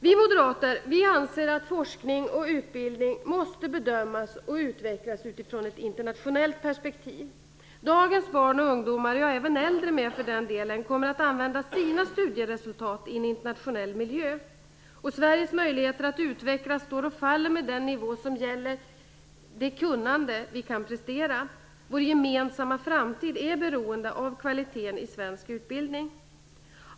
Vi moderater anser att forskning och utbildning måste bedömas och utvecklas utifrån ett internationellt perspektiv. Dagens barn och ungdomar - ja även äldre för den delen - kommer att använda sina studieresultat i en internationell miljö. Sveriges möjligheter att utvecklas står och faller med nivån på det kunnande vi kan prestera. Vår gemensamma framtid är beroende av kvaliteten i svensk utbildning.